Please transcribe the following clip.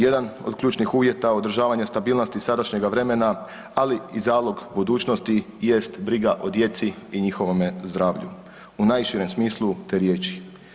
Jedan od ključnih uvjeta održavanja stabilnosti sadašnjega vremena, ali i zalog budućnosti jest briga o djeci i njihovome zdravlju u najširem smislu te riječi.